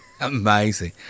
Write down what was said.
Amazing